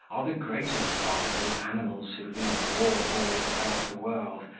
are the greatest part of those animals who lead raw boys about the world,